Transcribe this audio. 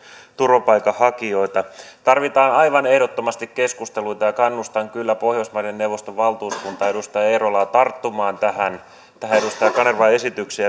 turvapaikanhakijoita tarvitaan aivan ehdottomasti keskusteluita ja kannustan kyllä pohjoismaiden neuvoston valtuuskuntaa ja edustaja eerolaa tarttumaan tähän tähän edustaja kanervan esitykseen